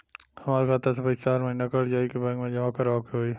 हमार खाता से पैसा हर महीना कट जायी की बैंक मे जमा करवाए के होई?